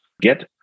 get